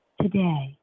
Today